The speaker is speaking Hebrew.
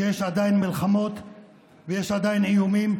שיש עדיין מלחמות ויש עדיין איומים,